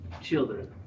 children